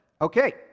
Okay